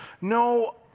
No